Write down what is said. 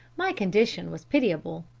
my condition was pitiable.